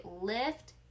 Lift